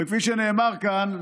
וכפי שנאמר כאן,